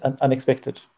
unexpected